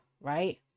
right